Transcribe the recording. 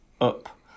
up